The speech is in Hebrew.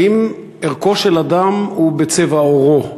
האם ערכו של אדם הוא בצבע עורו?